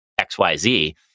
XYZ